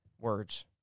words